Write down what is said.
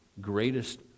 greatest